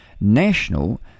National